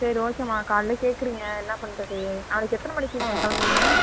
சரி ஓகேம்மா காலையிலே கேட்குறீங்க என்ன பண்ணுறது நாளைக்கு எத்தனை மணிக்கு நீங்கள் கிளம்புவீங்க